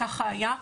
ככה היה,